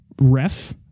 ref